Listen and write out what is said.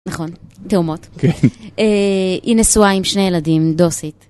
נכון, תאומות. כן. היא נשואה עם שני ילדים, דוסית.